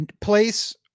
Place